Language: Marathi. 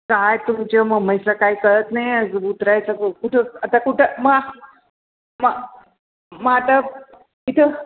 काय तुमच्या मुंबईचं काही कळत नाही अजून उतरायचं कुठू आता कुठं मग मग मग आता इथं